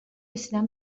رسیدن